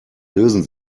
lösen